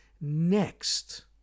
next